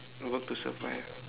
work to survive